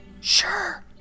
Sure